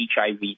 HIV